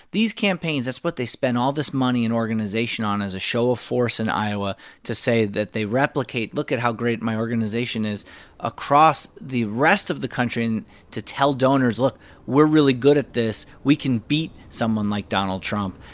these campaigns it's what they spend all this money and organization on as a show of force in iowa to say that they replicate look at how great my organization is across the rest of the country, and to tell donors, look we're really good at this. we can beat someone like donald trump.